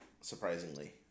surprisingly